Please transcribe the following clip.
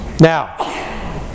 Now